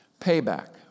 Payback